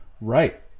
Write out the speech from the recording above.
right